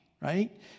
right